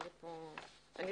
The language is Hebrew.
יש לי הרבה שאלות.